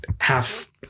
half